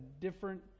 different